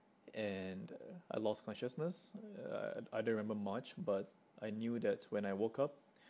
and I lost consciousness I I don't remember much but I knew that when I woke up